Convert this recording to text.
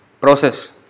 process